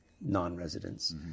non-residents